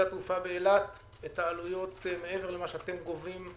התעופה באילת את העלויות מעבר למה שאתם גובים?